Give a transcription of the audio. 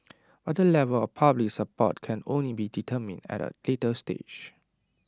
but the level of public support can only be determined at A later stage